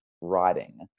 writing